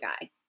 guy